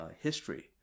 history